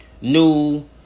new